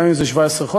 גם אם זה 17 חודש.